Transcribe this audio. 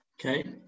Okay